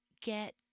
get